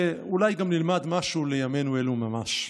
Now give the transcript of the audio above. ואולי גם נלמד משהו לימינו אלה ממש.